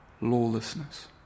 Lawlessness